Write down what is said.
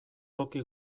toki